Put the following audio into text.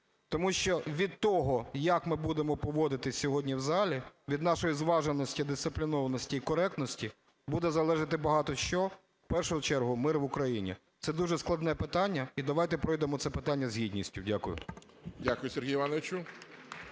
Тому що від того, як ми будемо поводитися сьогодні в залі, від нашої зваженості, дисциплінованості і коректності, буде залежати багато що, в першу чергу – мир в Україні. Це дуже складне питання і давайте пройдемо це питання з гідністю. Дякую. (Оплески)